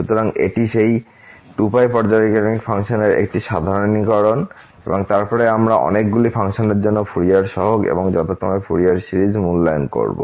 সুতরাং এটি সেই 2π পর্যায়ক্রমিক ফাংশনের একটি সাধারণীকরণ এবং তারপরে আমরা অনেকগুলি ফাংশনের জন্য ফুরিয়ার সহগ এবং যথাক্রমে ফুরিয়ার সিরিজ মূল্যায়ন করব